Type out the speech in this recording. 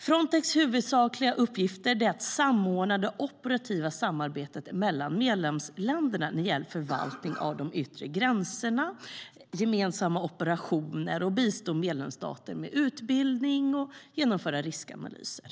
Frontex huvudsakliga uppgifter är att samordna det operativa samarbetet mellan medlemsländerna när det gäller förvaltning av de yttre gränserna och gemensamma operationer samt bistå medlemsstater med utbildning och genomföra riskanalyser.